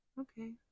okay